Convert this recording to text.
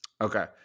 Okay